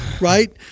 right